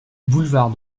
boulevard